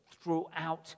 throughout